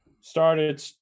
started